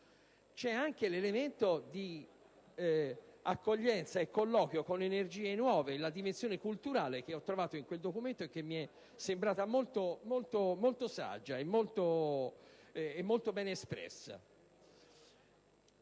ma anche l'elemento di accoglienza e colloquio con energie nuove: la dimensione culturale che ho trovato in quel documento, e che mi è sembrata molto saggia e ben espressa.